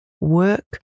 work